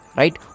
right